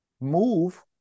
move